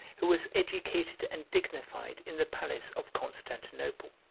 who was educated and dignified in the palace of constantinople.